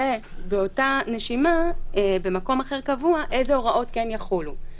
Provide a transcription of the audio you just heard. באותה נשימה במקום אחר יקבעו איזה הוראות כן יחולו,